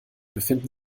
befinden